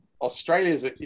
Australia's